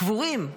קבורים.